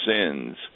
sins